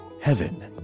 Heaven